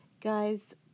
guys